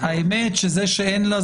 האמת שזה שאין לה,